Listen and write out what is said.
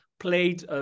played